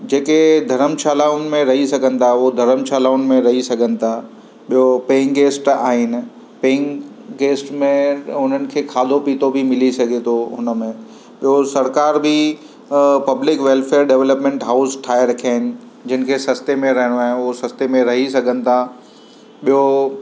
जेके धर्मशालाउनि में रही सघनि था उहा धर्मशालाउनि में रही सघनि था ॿियो पेइंग गेस्ट आहिनि पेइंग गेस्ट में उन्हनि खे खाधो पीतो बि मिली सघे थो हुन में ॿियो सरकारि बि पब्लिक वेल्फेयर डेवेलप्मेंट हाउस ठाहे रखिया आहिनि जिनि खे सस्ते में रहिणो आहे उहा सस्ते में रही सघनि था ॿियो